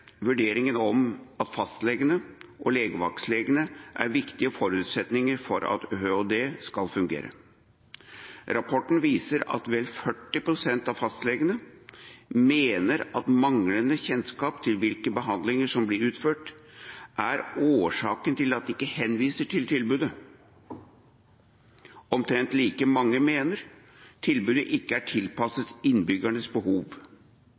at fastlegene og legevaktslegene er viktige forutsetninger for at ØHD skal fungere. Rapporten viser at vel 40 pst. av fastlegene mener at manglende kjennskap til hvilke behandlinger som blir utført, er årsaken til at de ikke henviser til tilbudet. Omtrent like mange mener tilbudet ikke er tilpasset innbyggernes behov.